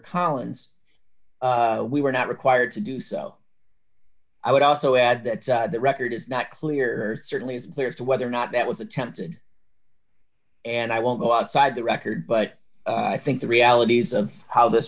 collins we were not required to do so i would also add that the record is not clear certainly it's clear as to whether or not that was attempted and i won't go outside the record but i think the realities of how this